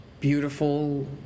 beautiful